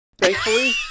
thankfully